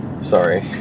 sorry